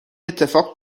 اتفاق